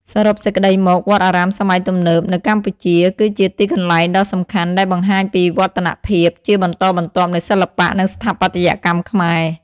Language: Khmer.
សរុបសេចក្ដីមក វត្តអារាមសម័យទំនើបនៅកម្ពុជា គឺជាទីកន្លែងដ៏សំខាន់ដែលបង្ហាញពីវឌ្ឍនភាពជាបន្តបន្ទាប់នៃសិល្បៈ និងស្ថាបត្យកម្មខ្មែរ។